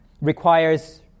requires